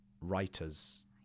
writers